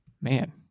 man